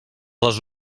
les